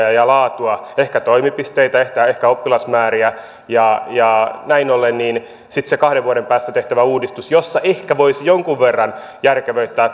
ja ja laatua ehkä toimipisteitä ehkä ehkä oppilasmääriä ja ja näin ollen sitten se kahden vuoden päästä tehtävä uudistus jossa ehkä voisi jonkun verran järkevöittää